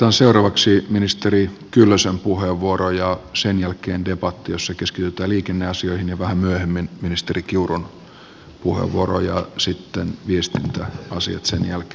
otetaan seuraavaksi ministeri kyllösen puheenvuoro ja sen jälkeen debatti jossa keskitytään liikenneasioihin ja vähän myöhemmin ministeri kiurun puheenvuoro ja sitten viestintäasiat sen jälkeen